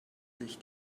sich